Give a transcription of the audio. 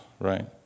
right